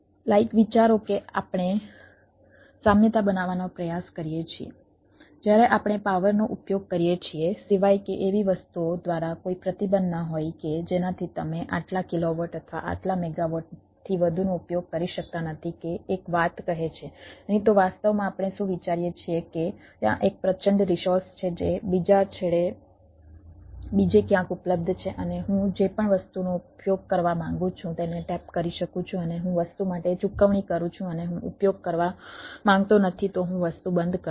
like વિચારો કે આપણે સામ્યતા બનાવવાનો પ્રયાસ કરીએ છીએ જ્યારે આપણે પાવરનો યોગ્ય ઉપયોગ કરીએ છીએ સિવાય કે એવી વસ્તુઓ દ્વારા કોઈ પ્રતિબંધ ન હોય કે જેનાથી તમે આટલા કિલોવોટ થી વધુનો ઉપયોગ કરી શકતા નથી જે એક વાત કહે છે નહીં તો વાસ્તવમાં આપણે શું વિચારીએ છીએ કે ત્યાં એ એક પ્રચંડ રિસોર્સ છે જે બીજા છેડે બીજે ક્યાંક ઉપલબ્ધ છે અને હું જે પણ વસ્તુનો ઉપયોગ કરવા માંગુ છું તેને ટેપ કરી શકું છું અને હું વસ્તુ માટે ચૂકવણી કરું છું અને હું ઉપયોગ કરવા માંગતો નથી તો હું વસ્તુ બંધ કરું છું